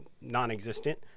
non-existent